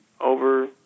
Over